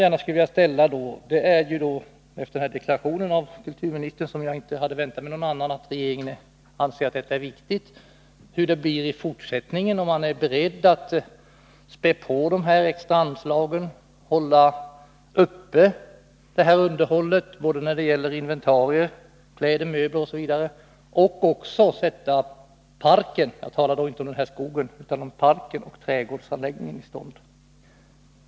Efter kulturministerns deklaration — jag hade inte väntat mig någonting annat — att regeringen anser att detta är viktigt skulle jag gärna som en följdfråga vilja fråga kulturministern hur det blir i fortsättningen. Är man beredd att spä på det här extra anslaget och hålla underhållet uppe när det gäller inventarier, kläder, möbler, osv., och även sätta parken — jag talar då inte om skogen — och trädgårdsanläggningen i stånd?